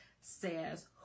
says